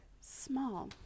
small